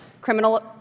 Criminal